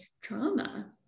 trauma